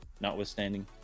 notwithstanding